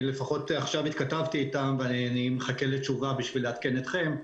עכשיו התכתבתי אתם ואני מחכה לתשובה כדי לעדכן אתכם.